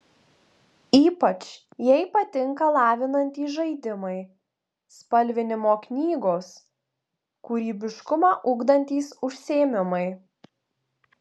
ypač jai patinka lavinantys žaidimai spalvinimo knygos kūrybiškumą ugdantys užsiėmimai